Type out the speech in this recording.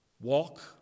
walk